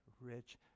rich